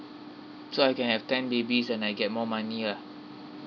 so I can have ten babies and I get more money lah